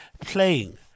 playing